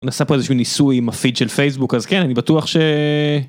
נעשה פה איזה שהוא ניסוי עם הפיד של פייסבוק, אז כן אני בטוח ש.